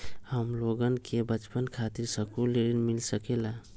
हमलोगन के बचवन खातीर सकलू ऋण मिल सकेला?